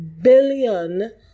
billion